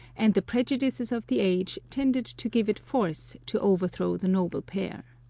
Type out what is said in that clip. and the prejudices of the age tended to give it force to overthrow the noble pair.